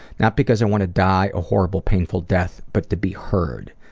not because i want to die a horrible, painful death, but to be heard.